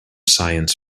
science